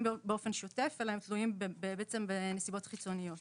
באופן שוטף אלא הם תלויים בנסיבות חיצוניות